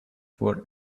for